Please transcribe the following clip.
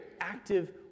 active